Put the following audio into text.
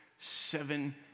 seven